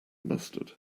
mustard